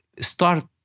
start